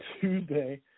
Tuesday